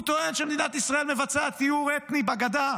הוא טוען שמדינת ישראל מבצעת טיהור אתני בגדה,